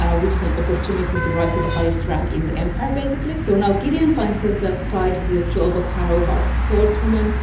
ah which is an opportunity to rise to the highest rank in the empire, basically. so now gideon finds herself tied to the job of harrowhark's swords woman,